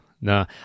No